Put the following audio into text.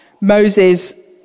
Moses